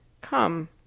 Come